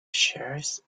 shares